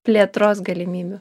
plėtros galimybių